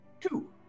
two